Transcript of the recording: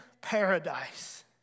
paradise